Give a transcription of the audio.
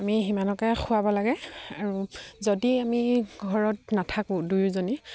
আমি সিমানকে খোৱাব লাগে আৰু যদি আমি ঘৰত নাথাকোঁ দুয়োজনী